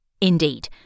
Indeed